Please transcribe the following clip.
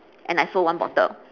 and I sold one bottle